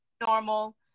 normal